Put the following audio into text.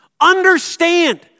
understand